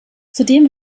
zudem